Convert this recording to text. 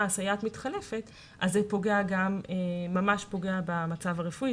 הסייעת מתחלפת אז זה ממש פוגע במצב הרפואי.